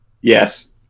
Yes